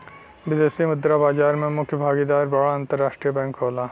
विदेशी मुद्रा बाजार में मुख्य भागीदार बड़ा अंतरराष्ट्रीय बैंक होला